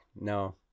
No